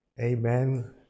Amen